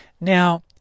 Now